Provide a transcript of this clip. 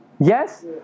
Yes